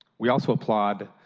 we also applaud